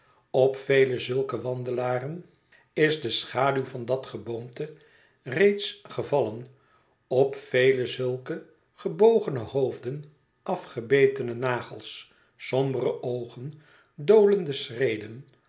op vele zulke wandelaren is de schaduw van dat geboomte reeds gevallen op vele zulke gebogene hoofden afgebetene nagels sombere oogen dolende